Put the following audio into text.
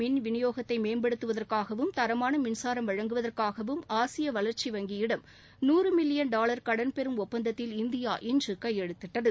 மின் விநியோகத்தை மேம்படுத்துவதற்காகவும் மின்சாரம் பெங்களூரு நகரத்தின் தரமான வழங்குவதற்காகவும் ஆசிய வளர்ச்சி வங்கியிடம் நூறு மில்லியன் டாவர் கடன்பெறும் ஒப்பந்தத்தில் இந்தியா இன்று கையெழுத்திட்டது